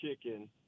Chicken